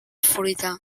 fruita